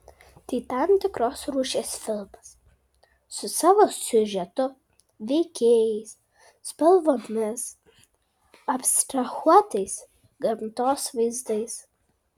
tai tam tikros rūšies filmas su savo siužetu veikėjais spalvomis abstrahuotais gamtos vaizdais